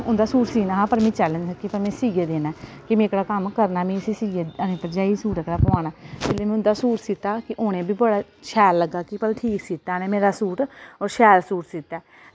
उंदा सूट सीह्ना हा पर मि चैलेंज हा कि में सीयै देना ते कि में एह्कड़ा कम्म करना में इस्सी सीयै अपनी भरजाई गी सूट एह्कड़ा पोआना जेल्लै में उंदा सूट सीह्ता कि उने वी बड़ा शैल लग्गा कि भला ठीक सीह्ता इनें मेरा सूट और शैल सूट सीह्ता ऐ